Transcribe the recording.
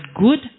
good